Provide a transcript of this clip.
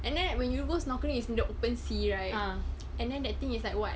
and then when you go snorkeling is the open sea right and then the thing is like what